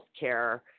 Healthcare